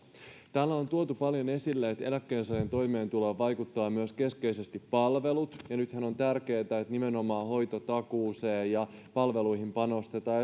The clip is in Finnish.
täällä on tuotu paljon esille että eläkkeensaajan toimeentuloon vaikuttavat keskeisesti myös palvelut ja nythän on tärkeätä että nimenomaan hoitotakuuseen ja palveluihin panostetaan